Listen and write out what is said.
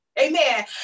Amen